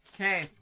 Okay